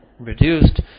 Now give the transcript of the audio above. Reduced